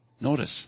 Notice